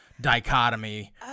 dichotomy